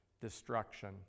destruction